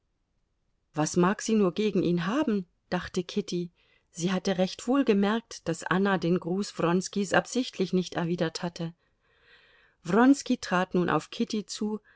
was mag sie nur gegen ihn haben dachte kitty sie hatte recht wohl gemerkt daß anna den gruß wronskis absichtlich nicht erwidert hatte wronski trat nun auf kitty zu